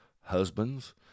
husbands